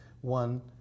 One